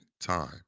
time